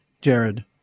Jared